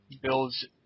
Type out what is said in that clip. builds